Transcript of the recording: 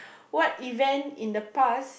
what event in the past